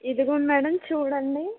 ఇదిగో అండి మేడం చూడండి